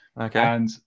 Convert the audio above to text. Okay